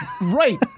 Right